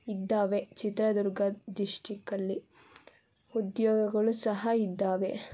ಇದ್ದಾವೆ ಚಿತ್ರದುರ್ಗ ಡಿಸ್ಟಿಕ್ಕಲ್ಲಿ ಉದ್ಯೋಗಗಳು ಸಹ ಇದ್ದಾವೆ